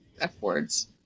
F-words